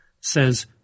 says